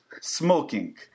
smoking